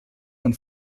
von